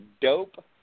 dope